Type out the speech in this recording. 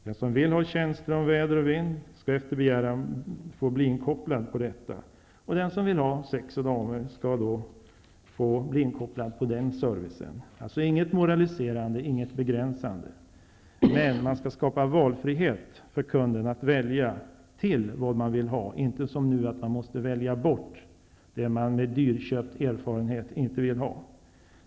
Den som vill ha tjänster om väder och vind skall efter begäran bli inkopplad endast på detta område, och den som vill ha tjänsterna sex och damer skall bli inkopplad på den servicen. Inget moraliserande och inget begränsande. Däremot skall man skapa valfrihet för kunden så att denne kan välja till vad den vill ha. Det skall inte vara som nu att man måste välja bort det man med dyrköpt erfarenhet har funnit att man inte vill ha.